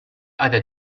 other